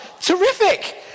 Terrific